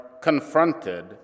confronted